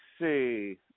see